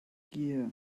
gear